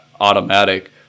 automatic